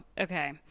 Okay